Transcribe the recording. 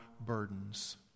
burdens